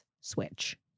Switch